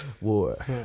War